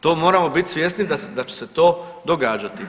To moramo bit svjesni da će se to događati.